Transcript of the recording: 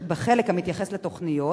בחלק המתייחס לתוכניות,